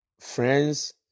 friends